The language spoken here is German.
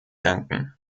danken